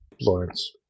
Lawrence